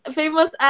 famous